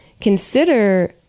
consider